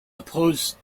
opposed